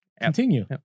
continue